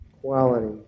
quality